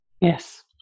Yes